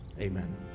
amen